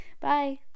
Bye